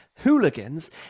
hooligans